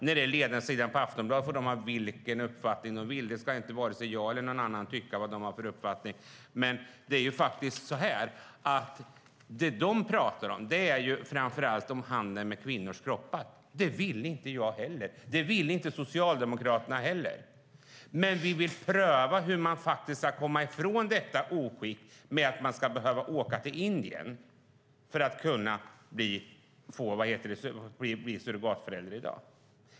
När det gäller ledarsidan på Aftonbladet får den ha vilken uppfattning den vill. Varken jag eller någon annan ska tycka om vad den har för uppfattning. Vad man talar om är framför allt handeln med kvinnors kroppar. Det ville inte heller jag och inte heller Socialdemokraterna ha. Men vi vill pröva hur man ska komma ifrån detta oskick med att människor ska behöva åka till Indien för att kunna bli surrogatförälder i dag.